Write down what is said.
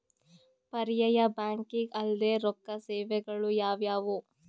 ಪರ್ಯಾಯ ಬ್ಯಾಂಕಿಂಗ್ ಅಲ್ದೇ ರೊಕ್ಕ ಸೇವೆಗಳು ಯಾವ್ಯಾವು?